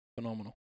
phenomenal